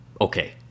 okay